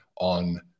on